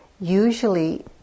Usually